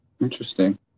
Interesting